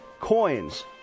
coins